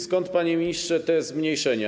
Skąd, panie ministrze, te zmniejszenia?